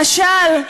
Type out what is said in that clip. למשל,